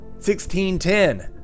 1610